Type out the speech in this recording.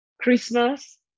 christmas